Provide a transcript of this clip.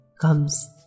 comes